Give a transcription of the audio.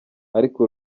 ariko